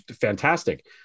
fantastic